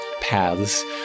paths